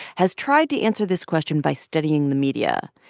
has tried to answer this question by studying the media.